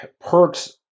perks